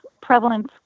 prevalence